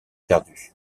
perdu